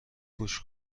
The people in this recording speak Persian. گوش